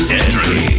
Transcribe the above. entry